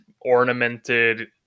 ornamented